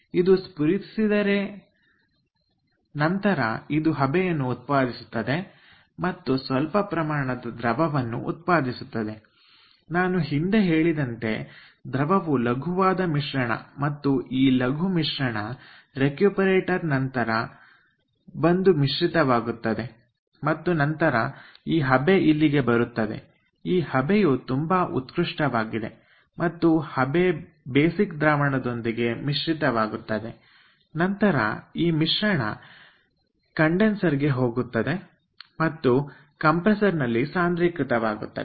ಇದು ಸ್ಪುರಿಸಿದರೆ ನಂತರ ಇದು ಹಬೆಯನ್ನು ಉತ್ಪಾದಿಸುತ್ತದೆ ಮತ್ತು ಸ್ವಲ್ಪ ಪ್ರಮಾಣದ ದ್ರವವನ್ನು ಉತ್ಪಾದಿಸುತ್ತದೆ ನಾನು ಹಿಂದೆ ಹೇಳಿದಂತೆ ದ್ರವವು ಲಘುವಾದ ಮಿಶ್ರಣ ಮತ್ತು ಈ ಲಘು ಮಿಶ್ರಣ ರೆಕ್ಯೂಪರೇಟರ್ ನಂತರ ಬಂದು ಮಿಶ್ರಿತವಾಗುತ್ತದೆ ಮತ್ತು ನಂತರ ಈ ಹಬೆ ಇಲ್ಲಿಗೆ ಬರುತ್ತದೆ ಈ ಹಬೆಯು ತುಂಬಾ ಉತ್ಕೃಷ್ಟವಾಗಿದೆ ಮತ್ತು ಹಬೆ ಬೇಸಿಕ್ ದ್ರಾವಣದೊಂದಿಗೆ ಮಿಶ್ರಿತವಾಗುತ್ತದೆ ನಂತರ ಈ ಮಿಶ್ರಣ ಕಂಡೆನ್ಸರ್ ಗೆ ಹೋಗುತ್ತದೆ ಮತ್ತು ಕಂಡೆನ್ಸರ್ ನಲ್ಲಿ ಸಾಂದ್ರೀಕೃತವಾಗುತ್ತದೆ